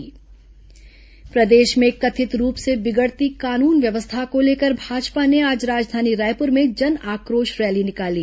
Bhajpa rally प्रदेश में कथित रूप से बिगड़ती कानून व्यवस्था को लेकर भाजपा ने आज राजधानी रायपुर में जन आक्रोश रैली निकाली